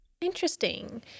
Interesting